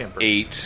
eight